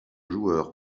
joueur